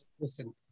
Listen